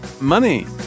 Money